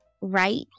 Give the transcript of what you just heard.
right